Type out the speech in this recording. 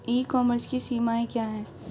ई commerce की सीमाएं क्या हैं?